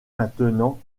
maintenant